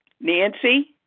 Nancy